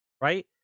right